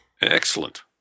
Excellent